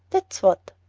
that's what.